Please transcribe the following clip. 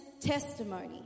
testimony